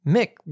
Mick